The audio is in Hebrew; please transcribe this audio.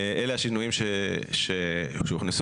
גלעד, תקריא